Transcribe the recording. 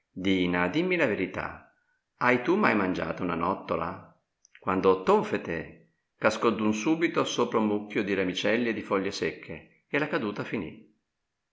dina dìmmi la verità hai tu mai mangiata una nottola quando tonfete cascò d'un subito sopra un mucchio di ramicelli e di foglie secche e la caduta finì